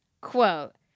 quote